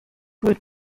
with